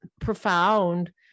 profound